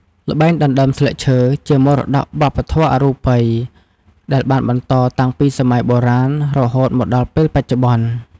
ល្បែងដណ្ដើមស្លឹកឈើជាមរតកវប្បធម៌អរូបីមួយ ដែលបានបន្តតាំងពីសម័យបុរាណរហូតមកដល់ពេលបច្ចុប្បន្ន។